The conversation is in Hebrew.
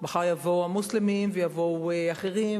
מחר יבואו המוסלמים ויבואו אחרים,